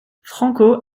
franco